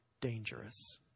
dangerous